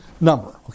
number